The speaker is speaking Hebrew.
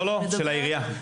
לא, של העירייה.